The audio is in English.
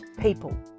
people